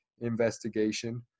investigation